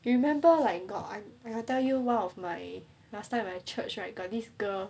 you remember like got like I I tell you one of my last time in church right got this girl